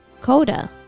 Coda